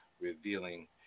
revealing